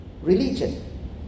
religion